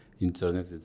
Internet